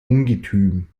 ungetüm